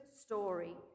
story